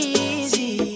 easy